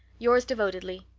yours devotedly,